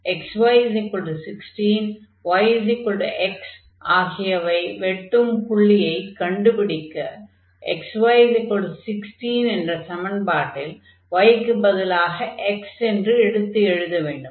xy16 y x ஆகியவை வெட்டும் புள்ளியைக் கண்டுபிடிக்க xy16 என்ற சமன்பாட்டில் y க்குப் பதிலாக x என்று எடுத்து எழுத வேண்டும்